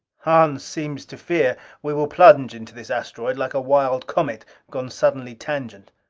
hahn seems to fear we will plunge into this asteroid like a wild comet gone suddenly tangent!